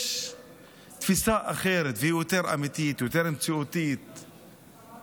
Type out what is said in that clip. יש תפיסה אחרת ואמיתית יותר, מציאותית יותר,